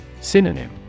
Synonym